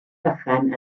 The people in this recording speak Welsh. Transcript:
vychan